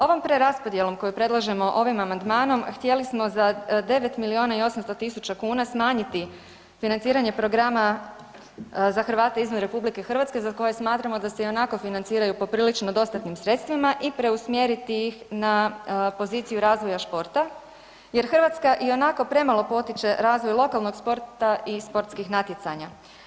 Ovom preraspodjelom koju predlažemo ovim amandmanom htjeli smo za 9 milijuna i 800 tisuća kuna smanjiti financiranje programa za Hrvate izvan RH za koje smatramo da se ionako financiraju poprilično dostatnim sredstvima i preusmjeriti ih na poziciju razvoja športa jer Hrvatska ionako premalo potiče razvoj lokalnog sporta i sportskih natjecanja.